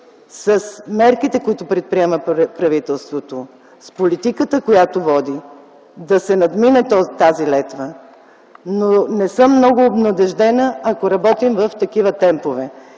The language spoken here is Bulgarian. с мерките, които предприема правителството, с политиката, която води, да се надмине тази летва, но не съм много обнадеждена, ако работим с такива темпове.